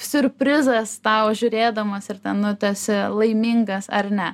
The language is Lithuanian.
siurprizas tau žiūrėdamas ir ten nu tu esi laimingas ar ne